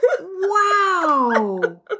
Wow